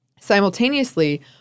Simultaneously